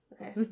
Okay